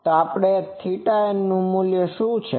તો θn નું મૂલ્ય શું છે